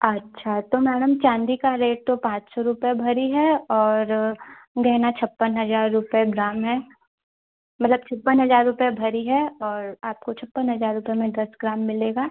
अच्छा तो मैडम चाँदी का रेट तो पाँच सौ रुपये भरी है और गहना छप्पन हज़ार रुपये ग्राम है मतलब छप्पन हज़ार रुपये भरी है और आपको छप्पन हज़ार रुपये में दस ग्राम मिलेगा